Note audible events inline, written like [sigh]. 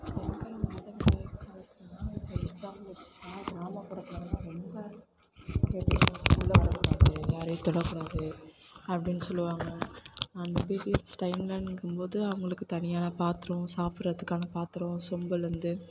[unintelligible] கிராமப்புறத்தில் வந்து ரொம்ப பீரியட்ஸ்னால் உள்ளே வரக்கூடாது யாரையும் தொடக்கூடாது அப்படின்னு சொல்லுவாங்க அந்த பீரியட்ஸ் டைமில் இருக்கும் போது அவங்களுக்கு தனியான பாத்ரம் சாப்பிட்றதுக்கான பாத்ரம் சொம்புலேருந்து